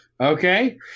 Okay